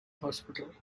hospital